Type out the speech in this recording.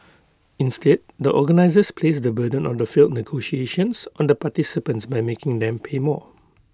instead the organisers placed the burden of the failed negotiations on the participants by making them pay more